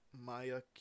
Maya